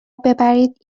ببرید